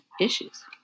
issues